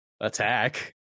Attack